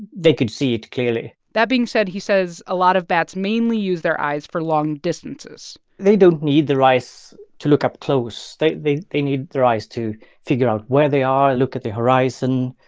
they could see it clearly that being said, he says a lot of bats mainly use their eyes for long distances they don't need their eyes to look up close. they they need their eyes to figure out where they are, look at the horizon,